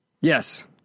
Yes